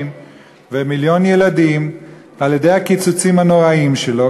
ומיליון ילדים על-ידי הקיצוצים הנוראים שלו,